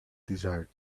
desired